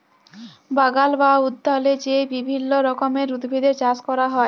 বাগাল বা উদ্যালে যে বিভিল্য রকমের উদ্ভিদের চাস ক্যরা হ্যয়